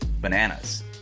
bananas